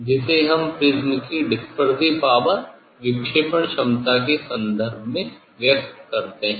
जिसे हम प्रिज्म की डिसपेरसीव पावर विक्षेपण क्षमता के संदर्भ में व्यक्त करते हैं